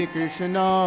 Krishna